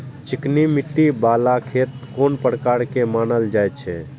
चिकनी मिट्टी बाला खेत कोन प्रकार के मानल जाय छै?